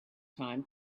time